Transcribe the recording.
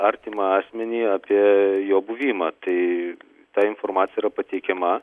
artimą asmenį apie jo buvimą tai ta informacija yra pateikiama